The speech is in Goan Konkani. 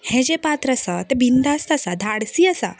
हें जें पात्र आसा तें बिंदास्त आसा धाडसी आसा